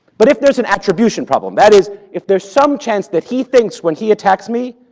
but if there's an attribution problem, that is, if there's some chance that he thinks when he attacks me,